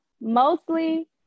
mostly